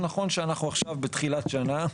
ונכון שאנחנו עכשיו בתחילת שנה,